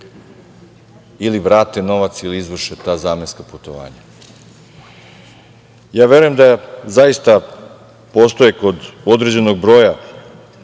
ili vrate novac ili izvrše ta zamenska putovanja. Verujem da zaista postoje kod određenog broja